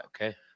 okay